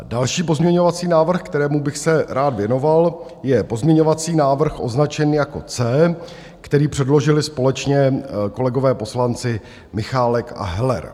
Další pozměňovací návrh, kterému bych se rád věnoval, je pozměňovací návrh označený jako C, který předložili společně kolegové poslanci Michálek a Heller.